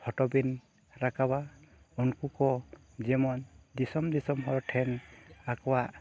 ᱵᱤᱱ ᱨᱟᱠᱟᱵᱟ ᱩᱱᱠᱩ ᱠᱚ ᱡᱮᱢᱚᱱ ᱫᱤᱥᱚᱢᱼᱫᱤᱥᱚᱢ ᱦᱚᱲ ᱴᱷᱮᱱ ᱟᱠᱚᱣᱟᱜ